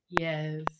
Yes